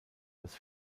das